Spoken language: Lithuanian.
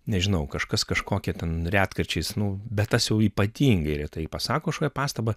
nežinau kažkas kažkokią ten retkarčiais nu bet tas jau ypatingai retai pasako kažkokią pastabą